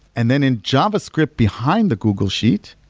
and then in javascript behind the google sheet,